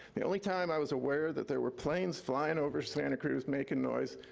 the only time i was aware that there were planes flying over santa cruz making noise,